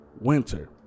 winter